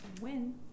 win